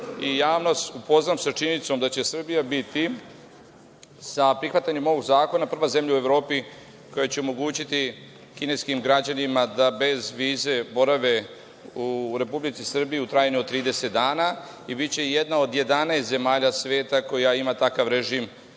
i javnost, upoznam sa činjenicom da će Srbija biti sa prihvatanjem ovog zakona prva zemlja u Evropi koja će omogućiti kineskim građanima da bez vize borave u Republici Srbiji, u trajanju od 30 dana, i biće jedna od 11 zemalja sveta koja ima takav režim